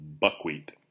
buckwheat